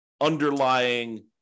underlying